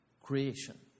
creation